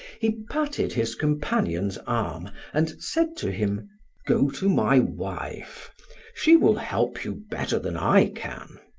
he patted his companion's arm and said to him go to my wife she will help you better than i can.